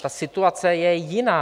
Ta situace je jiná.